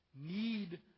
need